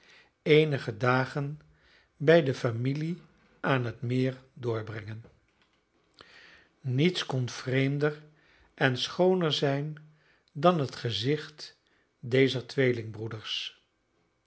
eenige dagen bij de familie aan het meer doorbrengen niets kon vreemder en schooner zijn dan het gezicht dezer tweelingbroeders